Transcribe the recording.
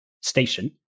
station